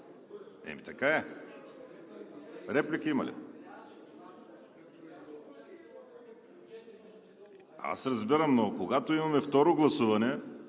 Ами така е. Реплики има ли? (Реплики.) Аз разбирам, но когато имаме второ гласуване,